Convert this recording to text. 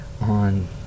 on